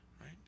right